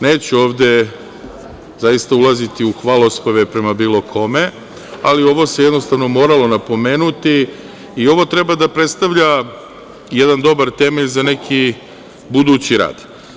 Neću ovde zaista ulaziti u hvalospeve prema bilo kome, ali ovo se jednostavno moralo napomenuti i ovo treba da predstavlja jedan dobar temelj za neki budući rad.